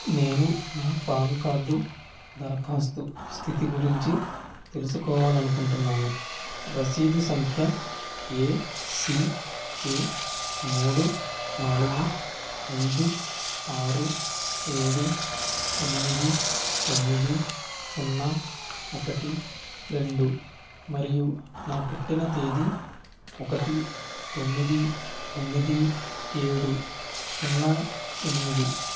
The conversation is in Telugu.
నేను నా పాన్ కార్డు దరఖాస్తు స్థితి గురించి తెలుసుకోవాలనుకుంటున్నాను రసీదు సంఖ్య ఏసికే మూడు నాలుగు ఐదు ఆరు ఏడు ఎనిమిది తొమ్మిది సున్నా ఒకటి రెండు మరియు నా పుట్టిన తేదీ ఒకటి తొమ్మిది తొమ్మిది ఏడు సున్నా ఎనిమిది